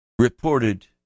reported